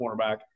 cornerback